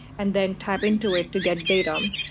and then type into it to get data. um